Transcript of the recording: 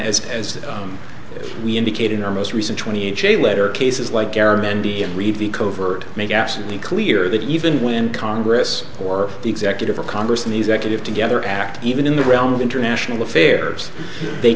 as as we indicated in our most recent twenty inch a letter cases like garamendi and read the covert make absolutely clear that even when congress or the executive or congress and the executive together act even in the realm of into national affairs they